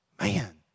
Man